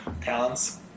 talents